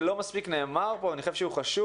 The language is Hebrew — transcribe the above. שלא מספיק נאמר פה ואני חושב שהוא חשוב: